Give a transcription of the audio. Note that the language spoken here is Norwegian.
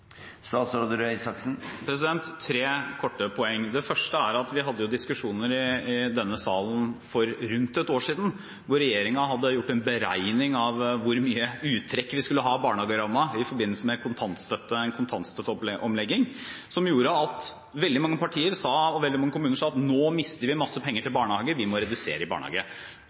Tre korte poeng: Det første er at vi hadde diskusjoner i denne salen for rundt ett år siden, hvor regjeringen hadde gjort en beregning av hvor mye uttrekk vi skulle ha av barnehagerammen i forbindelse med kontantstøtteomlegging som gjorde at veldig mange partier – og veldig mange kommuner – sa at nå mister vi masse penger til